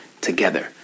together